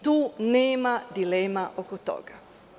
Tu nema dilema oko toga.